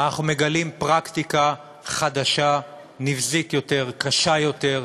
אנחנו מגלים פרקטיקה חדשה, נבזית יותר, קשה יותר,